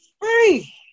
free